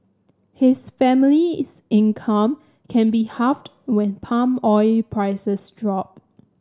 his family's income can be halved when palm oil prices drop